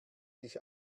sich